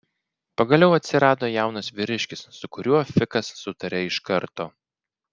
pagaliau atsirado jaunas vyriškis su kuriuo fikas sutarė iš karto